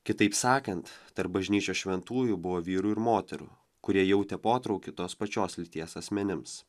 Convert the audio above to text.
kitaip sakant tarp bažnyčios šventųjų buvo vyrų ir moterų kurie jautė potraukį tos pačios lyties asmenims